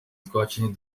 twakinnye